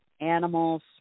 animals